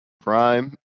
prime